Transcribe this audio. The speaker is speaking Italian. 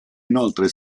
inoltre